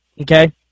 okay